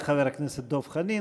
תודה לחבר הכנסת דב חנין.